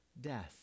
death